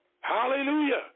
Hallelujah